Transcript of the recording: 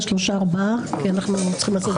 בבקשה.